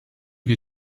wir